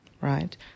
right